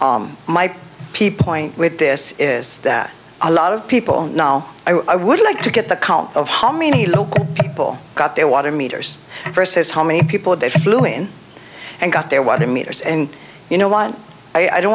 k my p point with this is that a lot of people now i would like to get the count of how many local people got their water meters versus how many people they flew in and got there what meters and you know what i don't